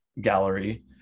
gallery